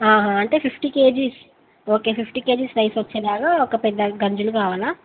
ఆహా అంటే fifty kgs okay fifty kgs rice వచ్చేలాగా ఒక పెద్ద గంజులు కావాలా